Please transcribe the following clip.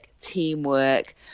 teamwork